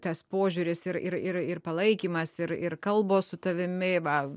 tas požiūris ir ir ir ir palaikymas ir ir kalbos su tavimi va